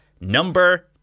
number